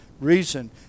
Reason